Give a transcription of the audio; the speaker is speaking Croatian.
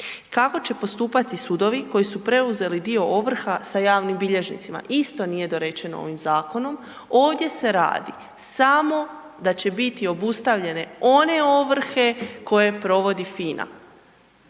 Kako će postupati sudovi koji su preuzeli dio ovrha sa javnim bilježnicima? Isto nije dorečeno ovim zakonom. Ovdje se radi samo da će biti obustavljene one ovrhe koje provodi FINA.